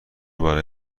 برای